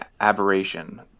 aberration